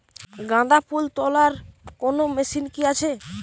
গাঁদাফুল তোলার কোন মেশিন কি আছে?